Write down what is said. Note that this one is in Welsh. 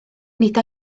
nid